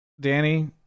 Danny